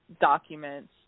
documents